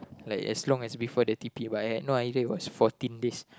like as long as the before the t_p by at no idea what it's was fourteen days